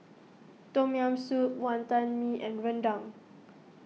Tom Yam Soup Wantan Mee and Rendang